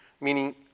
meaning